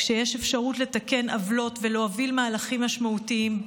כשיש אפשרות לתקן עוולות ולהוביל מהלכים משמעותיים,